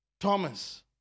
Thomas